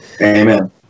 amen